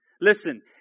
Listen